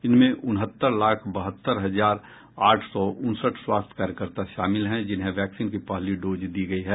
इनमें उनहत्तर लाख बहत्तर हजार आठ सौ उनसठ स्वास्थ्य कार्यकर्ता शामिल हैं जिन्हें वैक्सीन की पहली डोज दी गई है